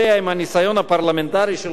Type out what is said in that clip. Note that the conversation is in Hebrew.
עם הניסיון הפרלמנטרי שלך,